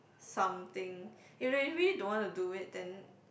something if really really don't wanna do it then